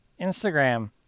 Instagram